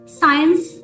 science